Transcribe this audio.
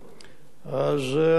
אז הסיכום הוא כזה: